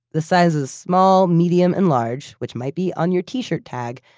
the sizes small, medium, and large, which might be on your t-shirt tag,